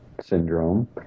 syndrome